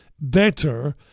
better